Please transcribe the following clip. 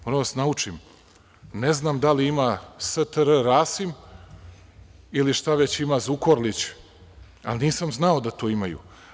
Moram da vas naučim, ne znam da li ima STR Rasim ili šta već ima Zukorlić, ali nisam znao da to imaju.